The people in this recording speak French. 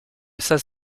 sas